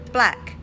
Black